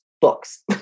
Books